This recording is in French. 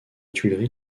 tuileries